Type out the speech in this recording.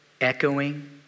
echoing